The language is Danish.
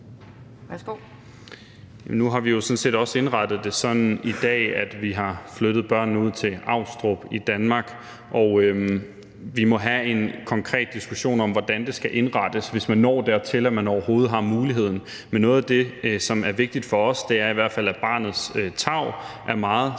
Nu har vi jo sådan set også indrettet det sådan i dag, at vi har flyttet børnene ud til Avnstrup i Danmark. Vi må have en konkret diskussion om, hvordan det skal indrettes, hvis man når dertil, at man overhovedet har muligheden. Men noget af det, som er vigtigt for os, er i hvert fald, at barnets tarv er meget